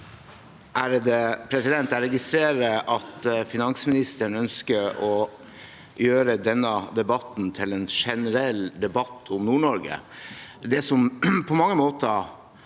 (FrP) Jeg registre- rer at finansministeren ønsker å gjøre denne debatten til en generell debatt om Nord-Norge. Det som på mange måter